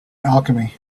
alchemy